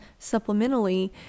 supplementally